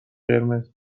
قرمز